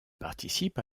participe